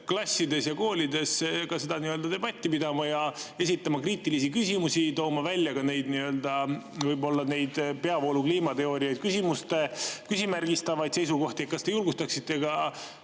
klassides ja koolides ka selle üle debatti pidama ja esitama kriitilisi küsimusi, tooma välja ka peavoolu kliimateooriaid küsimärgi alla seadvaid seisukohti? Kas te julgustaksite